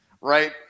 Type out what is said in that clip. Right